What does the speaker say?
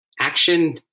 action